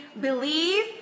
believe